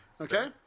Okay